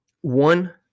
one